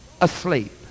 asleep